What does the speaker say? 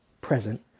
present